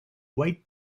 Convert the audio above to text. white